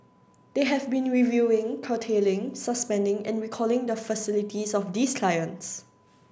they have been reviewing curtailing suspending and recalling the facilities of these clients